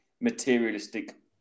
materialistic